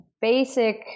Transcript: basic